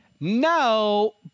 No